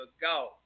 go